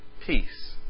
peace